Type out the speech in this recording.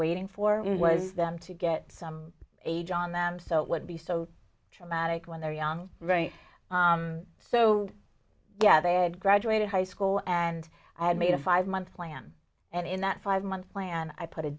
waiting for was them to get some age on them so it would be so traumatic when they're young so yeah they had graduated high school and i had made a five month plan and in that five months plan i put a